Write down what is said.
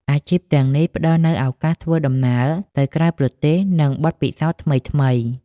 អាជីពទាំងនេះផ្ដល់នូវឱកាសធ្វើដំណើរទៅក្រៅប្រទេសនិងបទពិសោធន៍ថ្មីៗ។